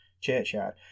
Churchyard